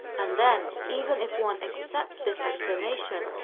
and then, even if one accepts this explanation,